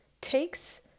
takes